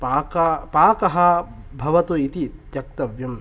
पाक पाकः भवतु इति त्यक्तव्यं